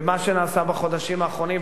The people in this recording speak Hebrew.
ומה שנעשה בחודשים האחרונים,